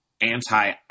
anti